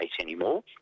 anymore